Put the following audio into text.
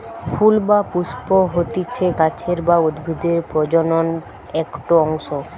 ফুল বা পুস্প হতিছে গাছের বা উদ্ভিদের প্রজনন একটো অংশ